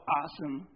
awesome